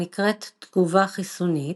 הנקראת תגובה חיסונית,